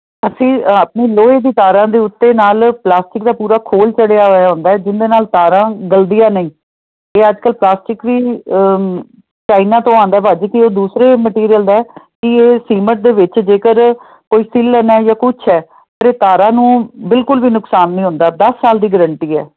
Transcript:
ਅਸੀਂ ਆਪਣੀ ਲੋਹੇ ਦੀ ਤਾਰਾਂ ਦੇ ਉੱਤੇ ਨਾਲ ਪਲਾਸਟਿਕ ਦਾ ਪੂਰਾ ਖੋਲ੍ਹ ਚੜਿਆ ਹੋਇਆ ਹੁੰਦਾ ਜਿਹਦੇ ਨਾਲ ਤਾਰਾ ਗਲਦੀਆਂ ਨਹੀਂ ਇਹ ਅੱਜ ਕੱਲ੍ਹ ਪਲਾਸਟਿਕ ਵੀ ਚਾਈਨਾ ਤੋਂ ਆਉਂਦਾ ਭਾਅ ਜੀ ਕਿ ਉਹ ਦੂਸਰੇ ਮਟੀਰੀਅਲ ਦਾ ਕਿ ਇਹ ਸੀਮਿੰਟ ਦੇ ਵਿੱਚ ਜੇਕਰ ਕੋਈ ਸਿਲਨ ਹੈ ਜਾਂ ਕੁਛ ਹੈ ਫਿਰ ਇਹ ਤਾਰਾਂ ਨੂੰ ਬਿਲਕੁਲ ਵੀ ਨੁਕਸਾਨ ਨਹੀਂ ਹੁੰਦਾ ਦਸ ਸਾਲ ਦੀ ਗਰੰਟੀ ਹੈ